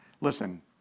Listen